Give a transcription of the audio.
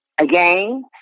again